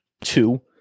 two